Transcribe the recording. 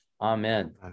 Amen